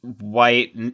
white